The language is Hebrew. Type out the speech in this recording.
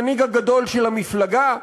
המנהיג הגדול של המפלגה.